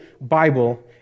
bible